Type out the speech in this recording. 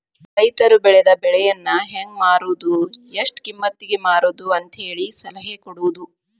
ರೈತರು ಬೆಳೆದ ಬೆಳೆಯನ್ನಾ ಹೆಂಗ ಮಾರುದು ಎಷ್ಟ ಕಿಮ್ಮತಿಗೆ ಮಾರುದು ಅಂತೇಳಿ ಸಲಹೆ ಕೊಡುದು